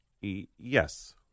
Yes